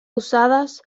usadas